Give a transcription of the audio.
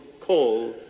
call